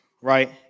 right